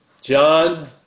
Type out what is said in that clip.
John